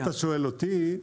אם אתה שואל אותי,